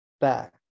back